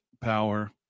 power